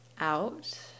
out